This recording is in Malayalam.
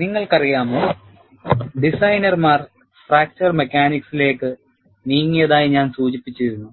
നിങ്ങൾക്കറിയാമോ ഡിസൈനേഴ്സ് ഫ്രാക്ചർ മെക്കാനിക്സിലേക്ക് നീങ്ങിയതായി ഞാൻ സൂചിപ്പിച്ചിരുന്നു